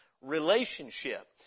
relationship